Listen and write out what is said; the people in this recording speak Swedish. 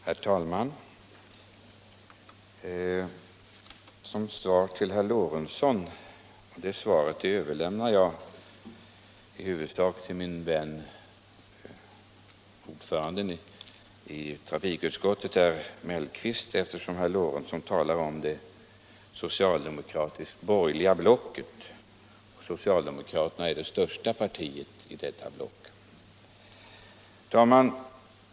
Herr talman! Eftersom herr Lorentzon talar om det socialdemokratisktborgerliga blocket överlämnar jag åt min vän ordföranden i trafikutskottet herr Mellqvist att svara herr Lorentzon — socialdemokraterna är ju det största partiet i detta block.